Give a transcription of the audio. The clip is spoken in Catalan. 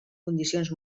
condicions